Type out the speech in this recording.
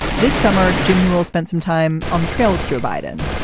this summer. jim newell spent some time on the trail with joe biden.